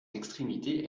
extrémité